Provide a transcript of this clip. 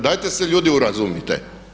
Dajte se ljudi urazumite.